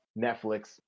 Netflix